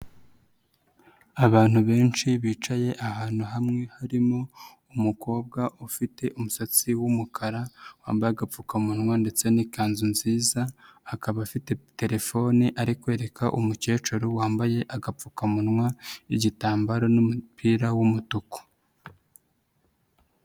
Abantu benshi bicaye ahantu hamwe harimo umukobwa ufite umusatsi w'umukara wambaye agapfukamunwa ndetse n'ikanzu nziza, akaba afite telefone ari kwereka umukecuru wambaye agapfukamunwa, igitambaro n'umupira w'umutuku.